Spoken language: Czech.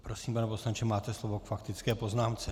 Prosím, pane poslanče, máte slovo k faktické poznámce.